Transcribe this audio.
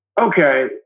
okay